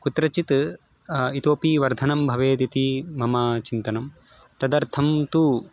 कुत्रचित् इतोपि वर्धनं भवेदिति मम चिन्तनं तदर्थं तु